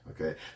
okay